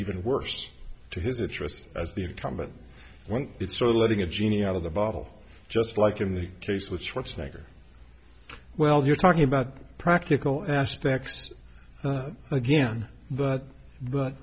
even worse to his interest as the incumbent when it's sort of letting a genie out of the bottle just like in the case with schwarzenegger well you're talking about practical aspects again but but